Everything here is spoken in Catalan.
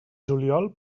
juliol